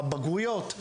הבגרויות,